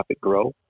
grow